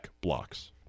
blocks